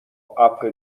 اَپ